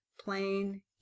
plain